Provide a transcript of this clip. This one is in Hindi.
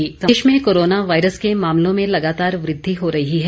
कोरोना अपडेट प्रदेश में कोरोना वायरस के मामलों में लगातार वृद्वि हो रही है